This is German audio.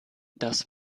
das